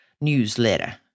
newsletter